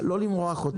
לא למרוח אותנו.